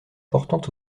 portant